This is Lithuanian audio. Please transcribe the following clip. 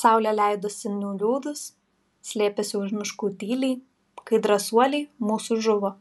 saulė leidosi nuliūdus slėpėsi už miškų tyliai kai drąsuoliai mūsų žuvo